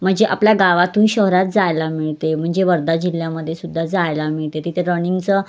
म्हणजे आपल्या गावातून शहरात जायला मिळते म्हणजे वर्धा जिल्ह्यामध्येसुद्धा जायला मिळते तिथे रनिंगचं